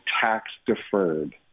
tax-deferred